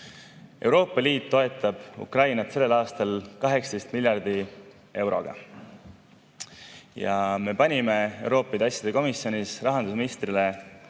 Euroopa Liit toetab Ukrainat sellel aastal 18 miljardi euroga. Ja me panime Euroopa Liidu asjade komisjonis rahandusministrile